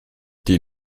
die